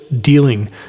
dealing